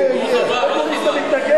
הוא הגיע.